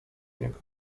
niego